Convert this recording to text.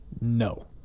No